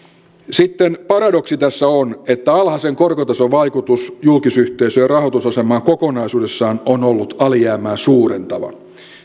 sitten paradoksi tässä on että alhaisen korkotason vaikutus julkisyhteisöjen rahoitusasemaan kokonaisuudessaan on ollut alijäämää suurentava